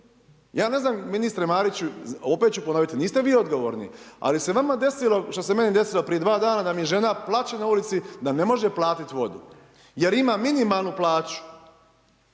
Ja ne znam ministre Mariću, opet ću ponoviti, niste vi odgovorni, ali se vama desilo, što se meni desilo prije 2 dana da mi žena plače na ulici da ne može platit vodu jer ima minimalnu plaću,